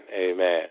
amen